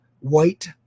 White